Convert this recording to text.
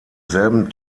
selben